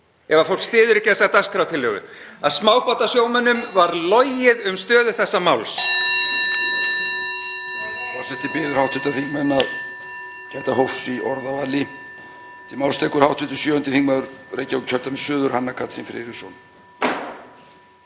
ef fólk styður ekki þessa dagskrártillögu. Að smábátasjómönnum var logið um stöðu þessa máls.